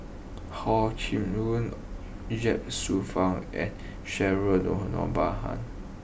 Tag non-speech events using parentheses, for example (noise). Hor Chim (unintelligible) Ye Shufang and Cheryl (unintelligible)